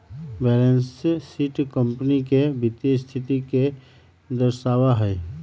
balance sheet company के वित्तीय स्थिति के दर्शावा हई